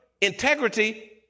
integrity